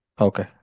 Okay